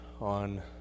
on